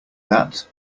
that